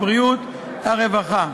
הבריאות והרווחה.